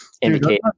indicate